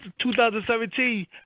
2017